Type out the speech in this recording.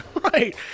right